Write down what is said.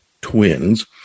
twins